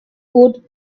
would